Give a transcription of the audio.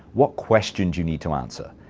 what question do you need to answer?